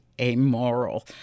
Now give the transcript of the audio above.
amoral